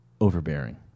overbearing